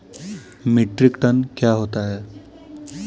Metric ton क्या होता है?